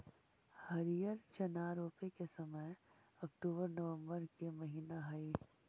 हरिअर चना रोपे के समय अक्टूबर नवंबर के महीना हइ